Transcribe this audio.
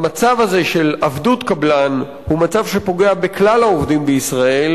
המצב הזה של עבדות קבלן הוא מצב שפוגע בכלל העובדים בישראל,